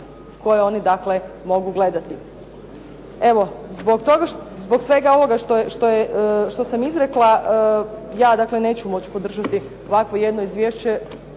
koje oni dakle mogu gledati. Evo zbog svega ovoga što sam izrekla, ja dakle neću moći podržati ovakvo jedno izvješće